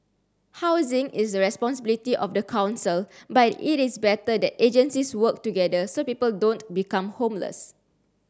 housing is the responsibility of the council but it is better that agencies work together so people don't become homeless